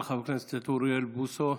תודה רבה לחבר הכנסת אוריאל בוסו.